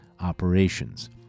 operations